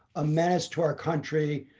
a menace to our country,